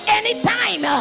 anytime